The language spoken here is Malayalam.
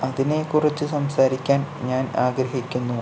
അതിനെക്കുറിച്ച് സംസാരിക്കാൻ ഞാൻ ആഗ്രഹിക്കുന്നു